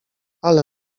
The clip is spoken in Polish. ale